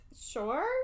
Sure